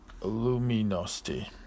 Luminosity